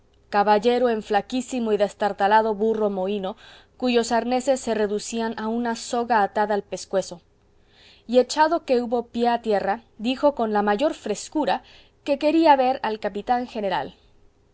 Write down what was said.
caballero en flaquísimo y destartalado burro mohino cuyos arneses se reducían a una soga atada al pescuezo y echado que hubo pie a tierra dijo con la mayor frescura que quería ver al capitán general